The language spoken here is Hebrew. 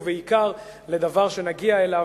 ובעיקר לדבר שנגיע אליו,